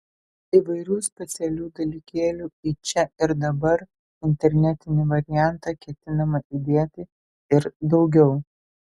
įvairių specialių dalykėlių į čia ir dabar internetinį variantą ketiname įdėti ir daugiau